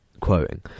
quoting